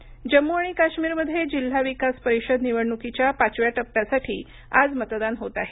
जम्मू काश्मीर जम्मू आणि काश्मीरमध्ये जिल्हा विकास परिषद निवडणुकीच्या पाचव्या टप्प्यासाठी आज मतदान होत आहे